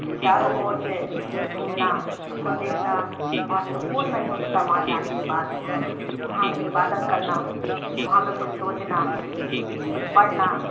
اس چاروں اور سے گھومنا اس کو دیکھنا وہاں سکون محسوس ہوتا وہاں جانے کے بعد وہاں کا عبادت کرنا وہاں پہ کچھ سوچنا کچھ پڑھنا